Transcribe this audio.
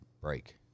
break